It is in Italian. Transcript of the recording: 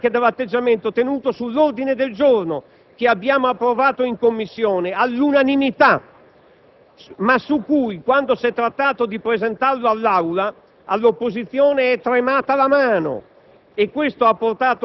Ne trovo conferma anche nell'atteggiamento tenuto sull'ordine del giorno approvato in Commissione all'unanimità, ma su cui, quando si è trattato di presentarlo in Aula, all'opposizione è tremata la mano.